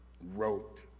wrote